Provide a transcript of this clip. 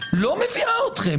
לא מביאה אתכם,